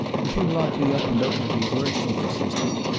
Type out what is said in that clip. if you lock me up and don't let me work, she persisted,